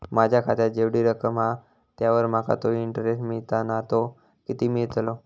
माझ्या खात्यात जेवढी रक्कम हा त्यावर माका तो इंटरेस्ट मिळता ना तो किती मिळतलो?